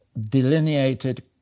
delineated